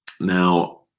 Now